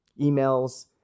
emails